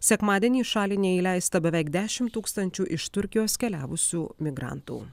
sekmadienį į šalį neįleista beveik dešim tūkstančių iš turkijos keliavusių migrantų